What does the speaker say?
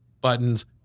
buttons